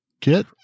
kit